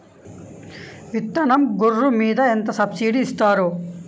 విత్తనం గొర్రు మీద ఎంత సబ్సిడీ ఇస్తారు?